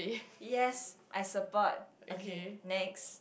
yes I support okay next